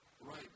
Right